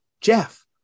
Jeff